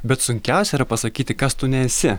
bet sunkiausia yra pasakyti kas tu nesi